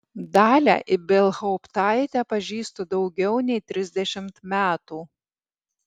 dalią ibelhauptaitę pažįstu daugiau nei trisdešimt metų